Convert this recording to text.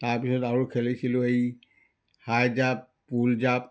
তাৰপিছত আৰু খেলিছিলোঁ এই হাই জাপ পুল জাপ